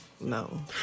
No